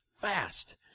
fast